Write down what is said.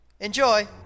Enjoy